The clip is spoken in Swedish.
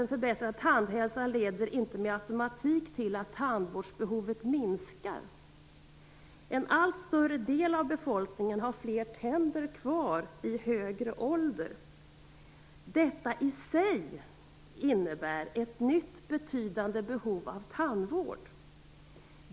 En förbättrad tandhälsa leder inte per automatik till att tandvårdsbehovet minskar. En allt större andel av befolkningen har nämligen fler tänder kvar i högre ålder. Detta i sig innebär ett nytt betydande behov av tandvård.